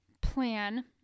plan